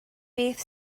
beth